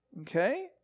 Okay